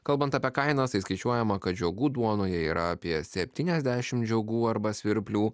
kalbant apie kainas tai skaičiuojama kad žiogų duonoje yra apie septyniasdešimt žiogų arba svirplių